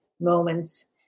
moments